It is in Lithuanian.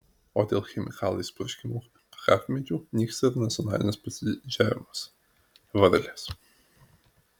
o dėl chemikalais purškiamų kakavmedžių nyksta ir nacionalinis pasididžiavimas varlės